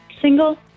Single